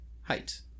Height